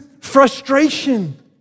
frustration